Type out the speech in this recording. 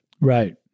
Right